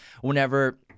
whenever